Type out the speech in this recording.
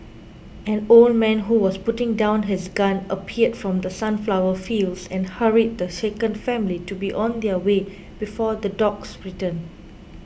an old man who was putting down his gun appeared from the sunflower fields and hurried the shaken family to be on their way before the dogs return